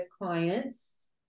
clients